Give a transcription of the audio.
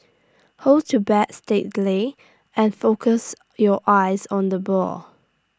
hold your bat steadily and focus your eyes on the ball